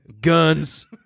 guns